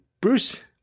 Bruce